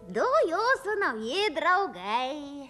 du jūsų nauji draugai